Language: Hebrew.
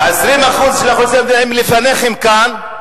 ה-20% של האוכלוסייה במדינה הם לפניכם כאן,